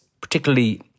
particularly